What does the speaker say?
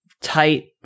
tight